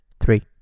three